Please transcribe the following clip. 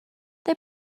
they